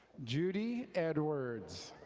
judy edwards.